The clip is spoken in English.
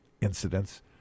incidents